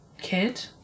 Kid